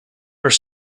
are